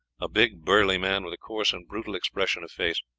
a big, burly man with a coarse and brutal expression of face.